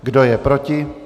Kdo je proti?